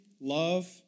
love